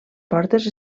portes